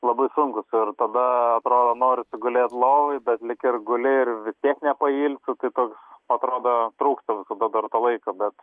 labai sunkūs ir tada atrodo norisi gulėt lovoj bet lyg ir guli ir vis tiek nepailsi tai toks atrodo trūksta visada dar to laiko bet